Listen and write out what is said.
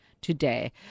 today